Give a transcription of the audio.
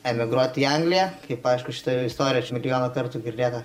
emigruoti į angliją kaip aišku šita jau istorija čia milijoną kartų girdėta